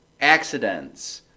accidents